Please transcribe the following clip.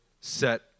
set